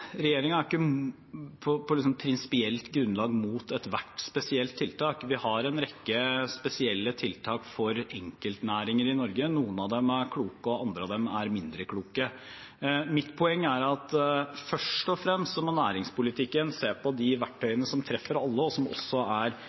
er ikke på prinsipielt grunnlag imot ethvert spesielt tiltak. Vi har en rekke spesielle tiltak for enkeltnæringer i Norge, noen av dem er kloke, og andre av dem er mindre kloke. Mitt poeng er at først og fremst må næringspolitikken se på de verktøyene som treffer alle, og som også er